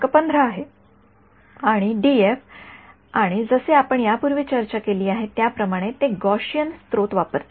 १५ आहे आणि डीएफ आणि जसे आपण यापूर्वी चर्चा केली आहे त्याप्रमाणे ते गॉसिअन स्त्रोत वापरतात